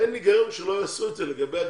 אין הגיון שלא יעשו את זה לגבי הגזענות.